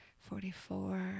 forty-four